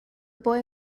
boy